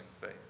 faith